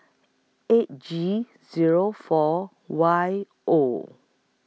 eight G Zero four Y O